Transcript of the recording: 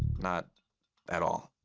not at all.